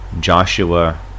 Joshua